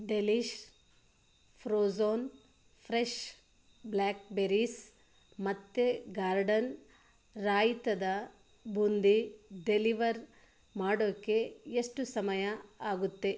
delish frozen fresh blackberries ಮತ್ತು garden ರಾಯಿತದ boondi deliver ಮಾಡೋಕೆ ಎಷ್ಟು ಸಮಯ ಆಗುತ್ತೆ